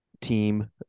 team